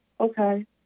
Okay